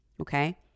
okay